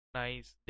nice